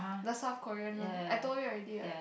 the South Korean one I told you already right